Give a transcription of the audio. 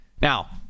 Now